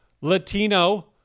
Latino